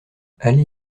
aller